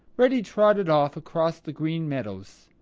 reddy trotted off across the green meadows.